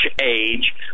age